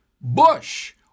Bush